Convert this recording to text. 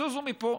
זוזו מפה,